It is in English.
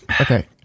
Okay